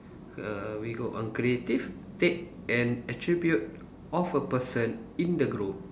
err we go on creative take and attribute of a person in the group